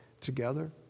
together